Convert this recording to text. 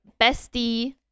bestie